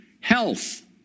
health